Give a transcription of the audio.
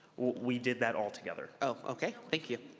we did that all together. oh, okay. thank you.